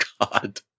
god